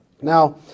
Now